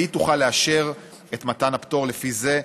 והיא תוכל לאשר את מתן הפטור לפי זה,